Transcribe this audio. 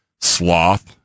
sloth